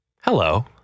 Hello